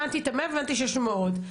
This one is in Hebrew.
הבנתי שיש מאות,